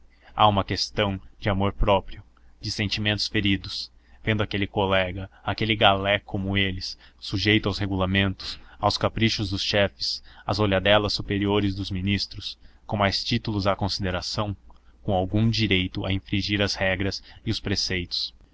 há uma questão de amorpróprio de sentimentos feridos vendo aquele colega aquele galé como eles sujeito aos regulamentos aos caprichos dos chefes às olhadelas superiores dos ministros com mais títulos à consideração com algum direito a infringir as regras e os preceitos